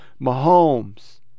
Mahomes